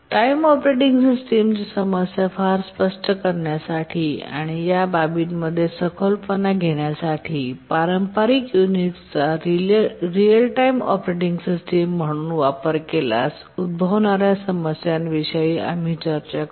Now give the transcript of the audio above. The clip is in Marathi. टाईम ऑपरेटिंग सिस्टम समस्या स्पष्ट करण्यासाठी आणि या बाबींमध्ये सखोलपणा घेण्यासाठी पारंपारिक युनिक्सचा रिअल टाइम ऑपरेटिंग सिस्टम म्हणून वापर केल्यास उद्भवणा् या समस्यांविषयी आम्ही विचार करू